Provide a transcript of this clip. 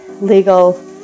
legal